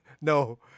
No